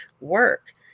work